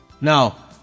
Now